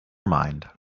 mind